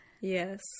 Yes